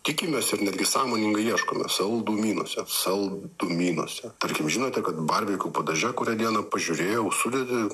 tikimės ir netgi sąmoningai ieškome saldumynuose saldumynuose tarkim žinote kad barbekiu padaže kurią dieną pažiūrėjau sudėtį